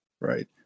Right